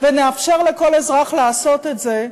ונאפשר לכל אזרח לעשות את זה,